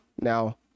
now